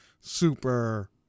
super